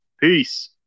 Peace